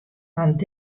want